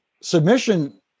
submission